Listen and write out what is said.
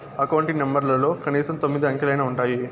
account కి నెంబర్లలో కనీసం తొమ్మిది అంకెలైనా ఉంటాయి